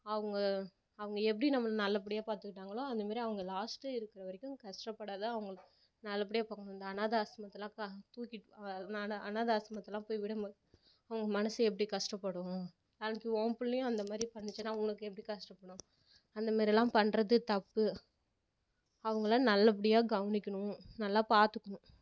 அவங்க அவங்க எப்படி நம்மளை நல்லப்படியாக பார்த்துக்கிட்டாங்களோ அந்த மாதிரி அவங்க லாஸ்ட்டு இருக்கிற வரைக்கும் கஷ்டப்படாத அவங்களுக்கு நல்லப்படியாக பார்க்கணும் அந்த அனாதை ஆசிரமத்துலெலாம் தூக்கிட்டு போய் அனாதை ஆசிரமத்துலெலாம் போய் விடமுடியாது அவங்க மனது எப்படி கஷ்டப்படும் நாளைக்கு உன் பிள்ளையும் அந்த மாதிரி பண்ணுச்சுன்னா உனக்கு எப்படி கஷ்டமா இருக்கும் அந்த மாரி எல்லாம் பண்ணுறது தப்பு அவங்கள நல்லப்படியாக கவனிக்கணும் நல்லா பார்த்துக்கணும்